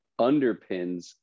underpins